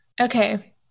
Okay